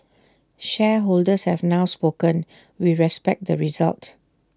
shareholders have now spoken we respect the result